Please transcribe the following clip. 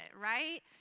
right